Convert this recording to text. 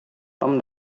tom